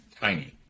tiny